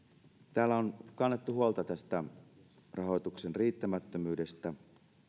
täällä on kannettu huolta tästä rahoituksen riittämättömyydestä